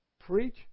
Preach